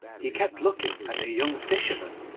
he kept looking at the young fisherman.